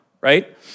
Right